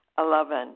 Eleven